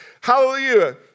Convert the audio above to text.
Hallelujah